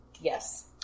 Yes